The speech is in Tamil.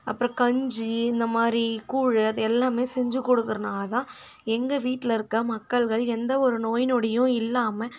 அப்புறம் கஞ்சி இந்தமாதிரி கூழு அது எல்லாமே செஞ்சு கொடுக்கறதுனாலதான் எங்கள் வீட்டில் இருக்க மக்கள்கள் எந்த ஒரு நோய் நொடியும் இல்லாம